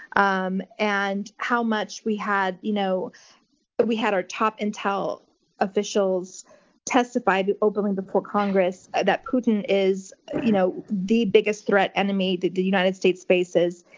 um and how much we had you know but we had our top intel officials testified openly before congress that putin is you know the biggest threat, enemy, the the united states faces,